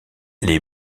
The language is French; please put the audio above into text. les